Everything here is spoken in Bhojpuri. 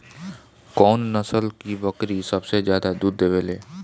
कौन नस्ल की बकरी सबसे ज्यादा दूध देवेले?